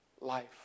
life